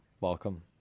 Welcome